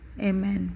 Amen